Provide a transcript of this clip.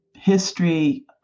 history